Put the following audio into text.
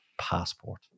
passport